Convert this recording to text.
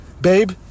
babe